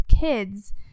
kids